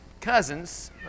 cousins